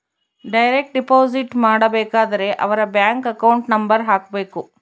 direct deposit ಮಾಡಬೇಕಾದರೆ ಅವರ್ bank account number ಹಾಕ್ಬೆಕು